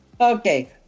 Okay